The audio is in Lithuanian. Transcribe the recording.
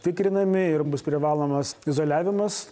tikrinami ir bus privalomas izoliavimas